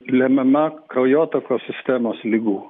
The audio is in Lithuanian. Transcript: lemiama kraujotakos sistemos ligų